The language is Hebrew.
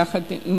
יחד,